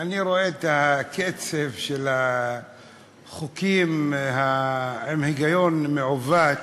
כשאני רואה את הקצב של החוקים עם היגיון מעוות,